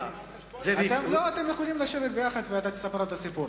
אתם יכולים לשבת יחד ואתה תספר לו את הסיפור.